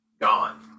gone